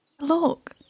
Look